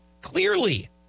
clearly